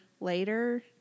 later